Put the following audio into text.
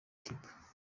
kiba